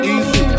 Easy